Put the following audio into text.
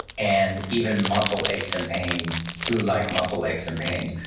and even muscle aches and pains, flu-like muscle aches and pains.